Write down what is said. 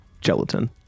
gelatin